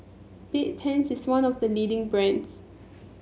Bedpans is one of the leading brands